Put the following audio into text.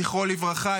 זכרו לברכה,